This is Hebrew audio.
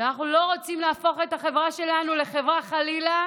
שאנחנו לא רוצים להפוך את החברה שלנו, חלילה,